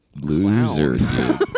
Loser